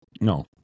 No